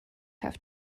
have